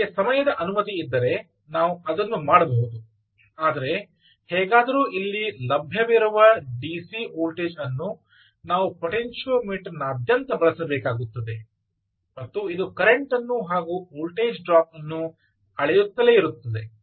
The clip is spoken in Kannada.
ನಮಗೆ ಸಮಯದ ಅನುಮತಿ ಇದ್ದರೆ ನಾವು ಅದನ್ನು ಮಾಡಬಹುದು ಆದರೆ ಹೇಗಾದರೂ ಇಲ್ಲಿ ಲಭ್ಯವಿರುವ ಡಿಸಿ ವೋಲ್ಟೇಜ್ ಅನ್ನು ನಾವು ಪೊಟೆನ್ಷಿಯೋಮೀಟರ್ ನಾದ್ಯಂತ ಬಳಸಬೇಕಾಗುತ್ತದೆ ಮತ್ತು ಇದು ಕರೆಂಟನ್ನು ಹಾಗೂ ವೋಲ್ಟೇಜ್ ಡ್ರಾಪ್ ಅನ್ನು ಅಳೆಯುತ್ತಲೇ ಇರುತ್ತದೆ